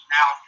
Now